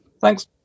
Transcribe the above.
Thanks